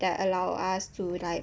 that allow us to like